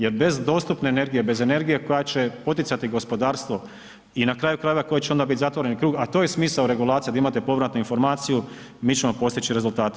Jer bez dostupne energije, bez energije, koja će poticati gospodarstvo i na kraju krajeva, koja će onda biti zatvoreni krug, a to je smisao regulacije, kada imate povratnu informaciju, mi ćemo postići rezultate.